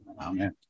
Amen